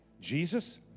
Jesus